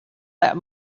that